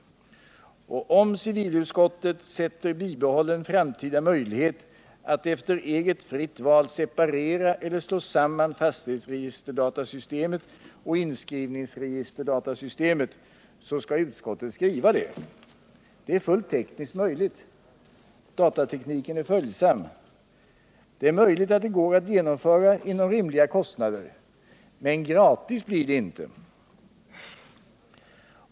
Och om civilutskottet sätter i första rummet en bibehållen framtida möjlighet att efter fritt val separera eller slå samman fastighetsregisterdatasystemet och inskrivningsregisterdatasystemet, så skall utskottet skriva det. Det är fullt tekniskt möjligt. Datatekniken är följsam. Det är möjligt att det går att genomföra inom rimliga kostnadsramar. Men gratis blir det inte.